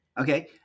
Okay